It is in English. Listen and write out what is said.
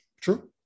true